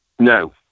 No